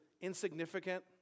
insignificant